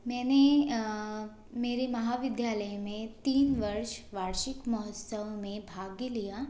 मैंने मेरे महाविद्यालय में तीन वर्ष वार्षिक महोत्सव में भाग्य लिया